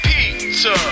Pizza